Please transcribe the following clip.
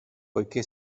poiché